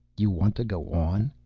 you want to go on?